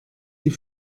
die